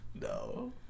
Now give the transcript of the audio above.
No